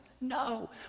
No